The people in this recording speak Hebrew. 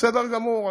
בסדר גמור,